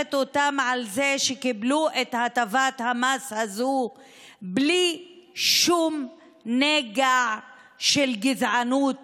מברכת אותם על זה שהם קיבלו את הטבת המס הזאת בלי שום נגע של גזענות